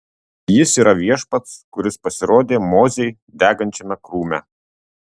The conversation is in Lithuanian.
jis yra viešpats kuris pasirodė mozei degančiame krūme